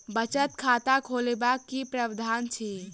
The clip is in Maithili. बचत खाता खोलेबाक की प्रावधान अछि?